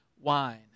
wine